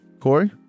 Corey